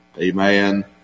amen